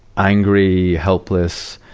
angry, helpless,